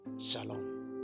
Shalom